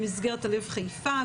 במסגרת הלב חיפה,